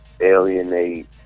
alienate